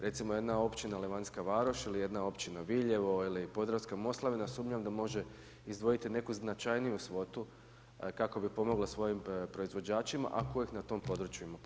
Recimo jedna općina Levantska Varoš ili jedna općina Viljevo ili Podravska Moslavina, sumnjam da može izdvojiti neku značajniju svotu kako bi pomogli svojim proizvođačima a kojih na tom području ima puno.